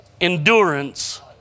endurance